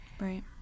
Right